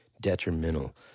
detrimental